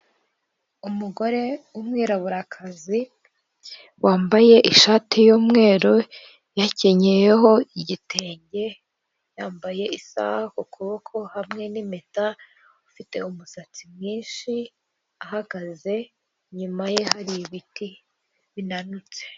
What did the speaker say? Umugore w'umwiraburakazi wambaye ishati y'umweru yakenyeyeho igitenge yambaye isaha ku kuboko hamwe n'impeta ufite umusatsi mwinshi ahagaze inyuma ye hari ibiti binanutse.